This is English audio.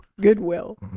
Goodwill